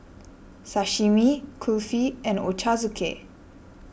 Sashimi Kulfi and Ochazuke